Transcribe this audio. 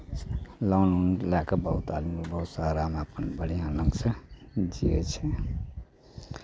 loan उन लए कऽ बहुत आदमी बहुत सारामे अपन बढ़िआँ ढङ्गसँ जियै छै